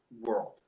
world